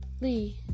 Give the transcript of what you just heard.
Lee